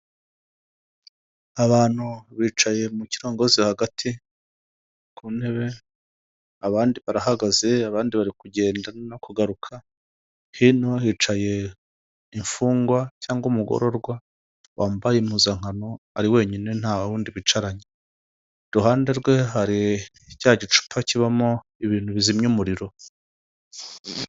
Abantu bicaye mu kirongozi hagati, ku ntebe, abandi barahagaze, abandi bari kugenda no kugaruka, hino hicaye imfungwa cyangwa umugororwa, wambaye impuzankano, ari wenyine nta wundi bicaranye, iruhande rwe hari cya gicupa kibamo ibintu bizimya umuriro.